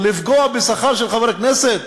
לפגוע בשכר של חבר כנסת?